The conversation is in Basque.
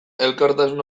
elkartasun